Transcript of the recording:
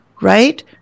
Right